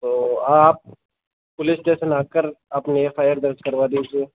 तो आप police station आकर अपनी एफ आई आर दर्ज करवा दीजिए